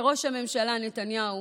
וראש הממשלה נתניהו